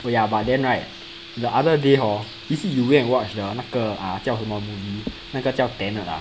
oh yeah but then right the other day hor you go and watch the 那个啊叫什么名那个叫 tenet ah